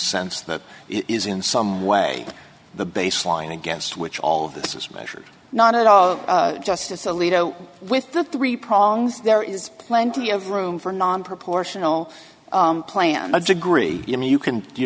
sense that is in some way the baseline against which all of this is measured not at all justice alito with the three prongs there is plenty of room for non proportional plan a degree you can you